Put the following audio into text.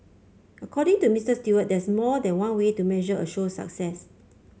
according to Mister Stewart there's more than one way to measure a show success